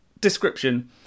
description